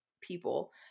people